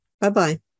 Bye-bye